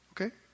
Okay